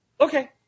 okay